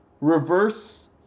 reverse